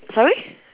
sorry